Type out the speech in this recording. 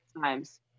times